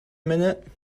minute